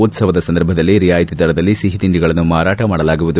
ಉತ್ಸವದ ಸಂದರ್ಭದಲ್ಲಿ ರಿಯಾಯಿತಿ ದರದಲ್ಲಿ ಸಿಹಿತಿಂಡಿಗಳನ್ನು ಮಾರಾಟ ಮಾಡಲಾಗುವುದು